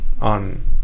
on